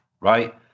right